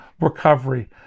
recovery